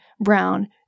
brown